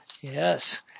Yes